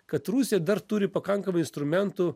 kad rusija dar turi pakankamai instrumentų